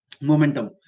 momentum